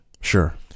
Sure